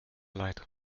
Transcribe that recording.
leid